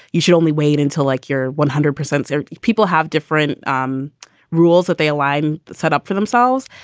you should only wait until, like, you're one hundred percent certain people have different um rules that they align set up for themselves.